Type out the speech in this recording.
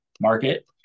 market